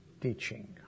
teaching